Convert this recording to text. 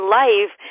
life